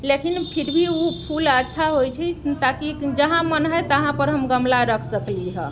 लेकिन फिर भी उ फूल अच्छा होइ छै ताकि जहाँ मन हए तहाँपर हम गमला रख सकली हऽ